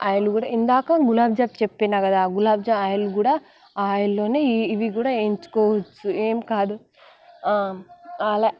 oil కూడా ఇందాక గులాబ్ జామ్ చెప్పాను కదా ఆ గులాబ్ జామ్ ఆయిల్ కూడా ఆయిల్లోనే ఇవి కూడా వేయించుకోవచ్చు ఏం కాదు అలా